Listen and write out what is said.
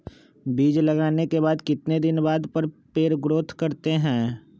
बीज लगाने के बाद कितने दिन बाद पर पेड़ ग्रोथ करते हैं?